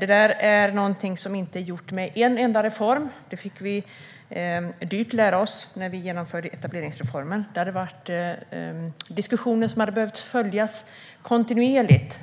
Det är någonting som inte är gjort med en enda reform. Det fick vi dyrt lära oss när vi genomförde etableringsreformen. Där blev det diskussioner som hade behövts följas kontinuerligt.